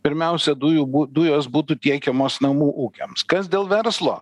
pirmiausia dujų dujos būtų tiekiamos namų ūkiams kas dėl verslo